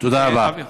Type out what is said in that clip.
תודה רבה.